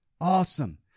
Awesome